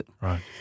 Right